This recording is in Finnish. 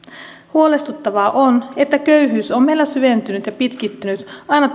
huolestuttavaa on että köyhyys on meillä syventynyt ja pitkittynyt aina